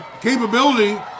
capability